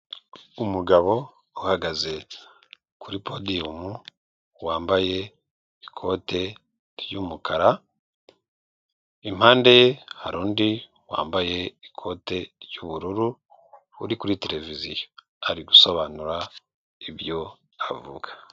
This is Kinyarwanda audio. Umugabo uhagaze kuri podiyumu wambaye ikote ry'umukara. Impande ye hari undi wambaye ikote ry'ubururu uri kuri tereviziyo ari gusobanura ibyo avuga.